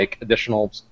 additional